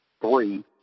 three